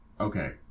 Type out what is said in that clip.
Okay